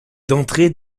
d’entrer